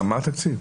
מה התקציב?